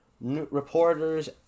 reporters